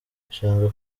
ibishanga